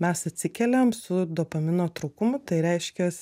mes atsikeliam su dopamino trūkumu tai reiškias